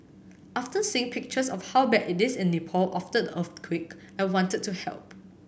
after seeing pictures of how bad it is in Nepal after the earthquake I wanted to help